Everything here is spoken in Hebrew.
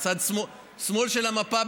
בצד שמאל של המפה,